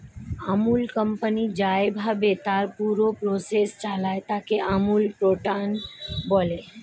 আমূল company যেইভাবে তার পুরো প্রসেস চালায়, তাকে আমূল প্যাটার্ন বলে